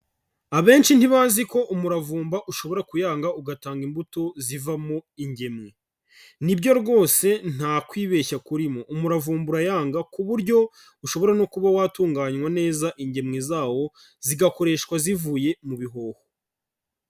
Abenshi ntibazi ko umuravumba ushobora kuyanga ugatanga imbuto zivamo ingemwe, ni byo rwose ntakwibeshya kurimo, umuravumbu urayanga ku buryo ushobora no kuba watunganywa neza ingemwe zawo zigakoreshwa zivuye mu bihoho.